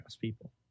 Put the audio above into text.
people